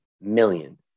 million